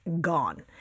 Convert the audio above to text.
gone